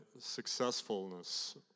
successfulness